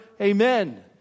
Amen